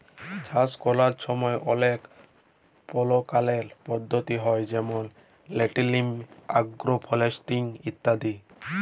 চাষ ক্যরার ছময় অলেক পরকারের পদ্ধতি হ্যয় যেমল রটেটিং, আগ্রো ফরেস্টিরি ইত্যাদি